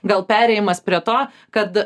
gal perėjimas prie to kad